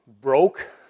broke